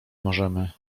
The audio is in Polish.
możemy